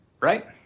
Right